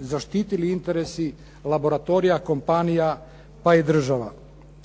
zaštitili interesi laboratorija, kompanija, pa i država.